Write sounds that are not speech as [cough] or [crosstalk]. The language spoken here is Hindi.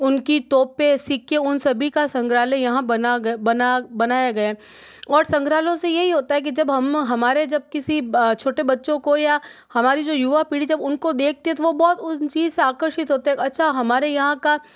उनकी तोपे सिक्के उन सभी का संग्रहालय यहाँ बना बना बनाया गया और संग्रहालय से यही होता है कि जब हम हमारे जब किसी छोटे बच्चों को या हमारी जो युवा पीढ़ी जब उनको देखते हैं तो वो बहुत [unintelligible] से आकर्षित होते हैं अच्छा हमारे यहाँ का